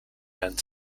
and